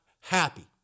happy